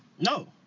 No